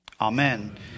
Amen